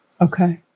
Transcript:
Okay